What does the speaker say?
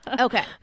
Okay